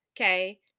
okay